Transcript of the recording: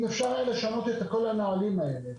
אם אפשר היה לשנות את כל הנהלים האלה,